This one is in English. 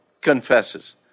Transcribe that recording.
confesses